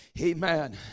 amen